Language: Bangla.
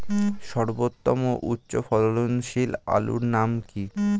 সর্বোত্তম ও উচ্চ ফলনশীল আলুর নাম কি?